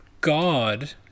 god